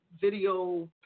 video